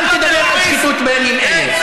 אל תדבר על שחיתות בימים אלה.